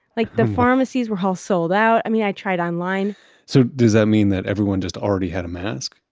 like the pharmacies were all sold out. i mean, i tried online so does that mean that everyone just already had a mask?